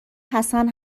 حسن